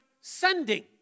sending